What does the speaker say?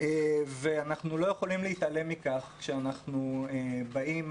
ואנחנו לא יכולים להתעלם מכך כשאנחנו באים